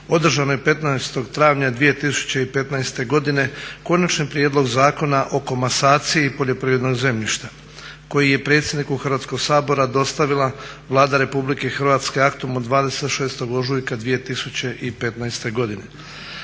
održanoj 15. travnja 2015. godine Konačni prijedlog zakona o komasaciji poljoprivrednog zemljišta koji je predsjedniku Hrvatskog sabora dostavila Vlada Republike Hrvatske aktom od 26. ožujka 2015. godine.